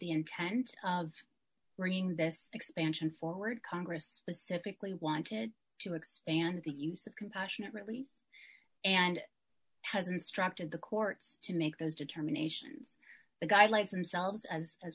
the intent of bringing this expansion forward congress pacifically wanted to expand the use of compassionate release and has instructed the courts to make those determinations the guy like themselves as as